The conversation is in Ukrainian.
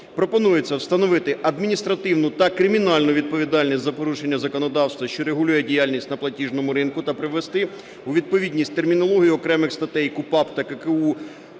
пропонується встановити адміністративну та кримінальну відповідальність за порушення законодавства, що регулює діяльність на платіжному ринку, та привести у відповідність термінологію окремих статей КУпАП та ККУ